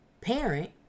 parent